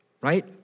right